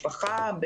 המשפחה,